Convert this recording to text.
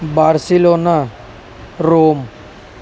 Barcelona Rome